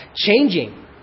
changing